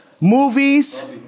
movies